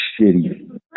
shitty